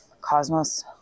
cosmos